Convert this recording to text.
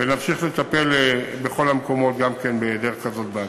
ונמשיך לטפל בכל המקומות גם כן בדרך כזאת בעתיד.